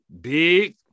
Big